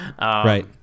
right